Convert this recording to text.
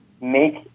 make